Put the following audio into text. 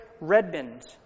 Redmond